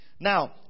Now